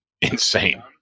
Insane